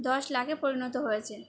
দশ লাখে পরিণত হয়েছে